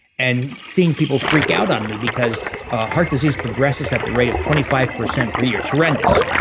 and seeing people freak out on me because heart disease progresses at the rate of twenty five percent per year, it's horrendous.